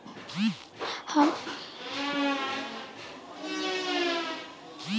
हम सुरुजमुखी के पेड़ के तेजी से कईसे बढ़ाई?